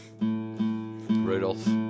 Rudolph